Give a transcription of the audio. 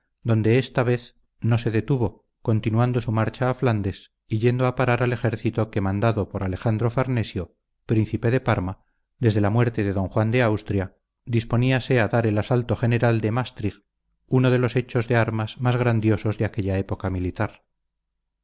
donde esta ve no se detuvo continuando su marcha a flandes y yendo a parar al ejército que mandado por alejandro farnesio príncipe de parma desde la muerte de d juan de austria disponíase a dar el asalto general de maestrich uno de los hechos de armas más grandiosos de aquella época militar